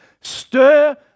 stir